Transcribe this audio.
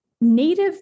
native